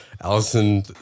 allison